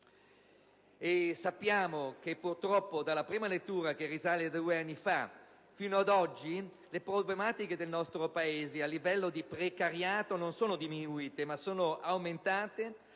sappiamo, che purtroppo dalla prima lettura, che risale a due anni fa, fino ad oggi, le problematiche del nostro Paese a livello di precariato non sono diminuite ma aumentate.